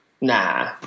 Nah